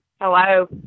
hello